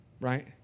Right